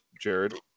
jared